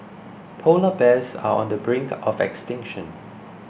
Polar Bears are on the brink of extinction